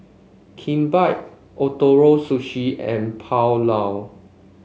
Kimbap Ootoro Sushi and Pulao